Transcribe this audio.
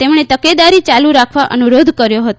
તેમણે તકેદારી યાલુ રાખવા અનુરોધ કર્યો હતો